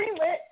greenlit